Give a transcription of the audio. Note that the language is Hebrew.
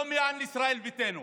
לא למען ישראל ביתנו,